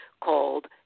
called